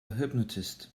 hypnotist